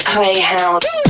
Playhouse